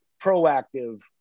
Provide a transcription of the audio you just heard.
proactive